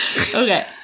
Okay